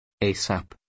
ASAP